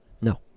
No